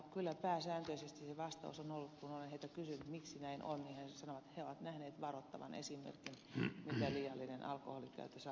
kyllä pääsääntöisesti se vastaus on ollut kun olen heiltä kysynyt miksi näin on että he ovat nähneet varoittavan esimerkin mitä liiallinen alkoholin käyttö saa aikaiseksi